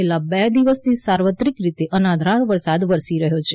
છેલ્લા બે દિવસથી સાર્વત્રિક રીતે અનરાધાર વરસાદ વરસી રહ્યો છે